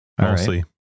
mostly